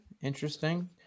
interesting